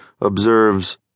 observes